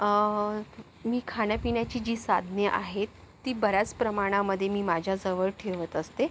मी खाण्या पिण्याची जी साधने आहेत ती बऱ्याच प्रमाणामध्ये मी माझ्याजवळ ठेवत असते